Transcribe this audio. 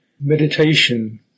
Meditation